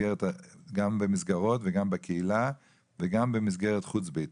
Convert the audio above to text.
גם במסגרות וגם בקהילה, וגם במסגרת חוץ ביתית,